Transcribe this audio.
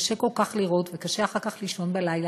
קשה כל כך לראות, וקשה אחר כך לישון בלילה.